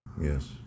Yes